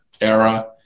era